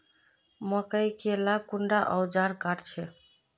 मकई के ला कुंडा ओजार काट छै?